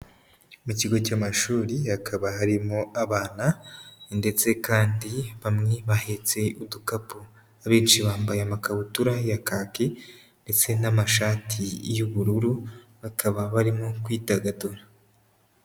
Mu kigo cy'amashuri hakaba harimo abana ndetse kandi bamwe bahetse udukapu, abenshi bambaye amakabutura ya kaki ndetse n'amashati y'ubururu bakaba barimo kwidagadura.